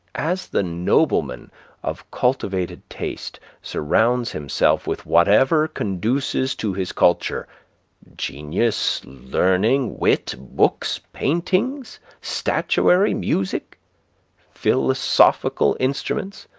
as the nobleman of cultivated taste surrounds himself with whatever conduces to his culture genius learning wit books paintings statuary music philosophical instruments,